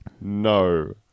no